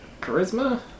Charisma